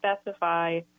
specify